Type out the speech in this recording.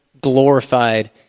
glorified